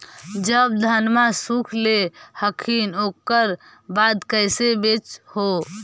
जब धनमा सुख ले हखिन उकर बाद कैसे बेच हो?